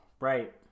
Right